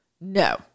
No